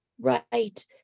Right